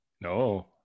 No